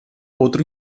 outro